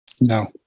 No